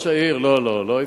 לא, לא.